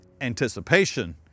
anticipation